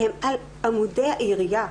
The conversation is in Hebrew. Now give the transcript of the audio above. הם על עמודי העירייה.